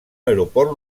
aeroport